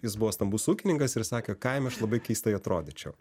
jis buvo stambus ūkininkas ir sakė kaime aš labai keistai atrodyčiau